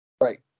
Right